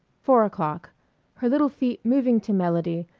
four o'clock her little feet moving to melody,